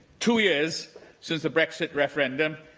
two years since the brexit referendum,